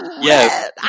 Yes